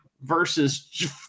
versus